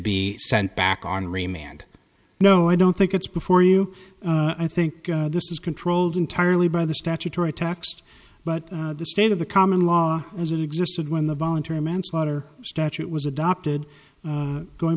be sent back on re man no i don't think it's before you i think this is controlled entirely by the statutory text but the state of the common law as it existed when the voluntary manslaughter statute was adopted going